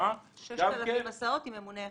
מקום --- 6,000 הסעות עם ממונה אחד.